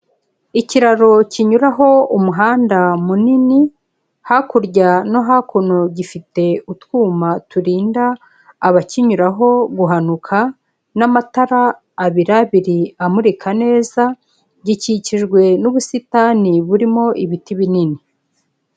Ikiraro kinyuraho umuhanda munini, hakurya no hakuno gifite utwuma turinda abakinyuraho guhanuka n'amatara abira abiri amurika neza, gikikijwe n'ubusitani burimo ibiti binini.